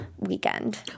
weekend